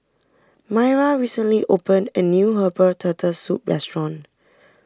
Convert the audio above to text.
Maira recently opened a new Herbal Turtle Soup restaurant